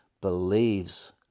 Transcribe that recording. believes